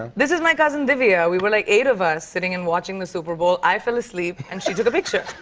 ah this is my cousin vivia. we were like eight of us sitting and watching the super bowl. i fell asleep, and she took a picture.